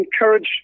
encourage